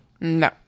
No